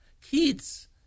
kids